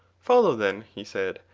follow then, he said,